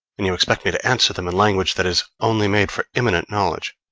and you expect me to answer them in language that is only made for immanent knowledge.